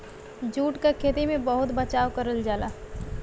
jute क खेती में बहुत बचाव करल जाला